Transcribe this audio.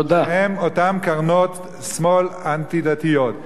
שהם אותן קרנות שמאל אנטי-דתיות.